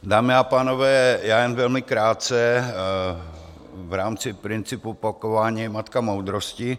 Dámy a pánové, já jen velmi krátce v rámci principu opakování je matka moudrosti.